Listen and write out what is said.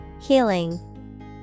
Healing